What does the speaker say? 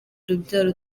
urubyaro